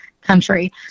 country